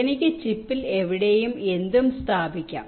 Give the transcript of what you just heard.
എനിക്ക് ചിപ്പിൽ എവിടെയും എന്തും സ്ഥാപിക്കാം